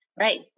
Right